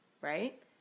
right